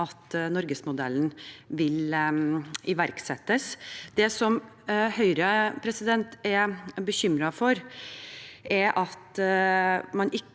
at norgesmodellen vil iverksettes. Det som Høyre er bekymret for, er at en fra